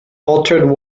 altered